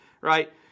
right